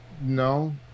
no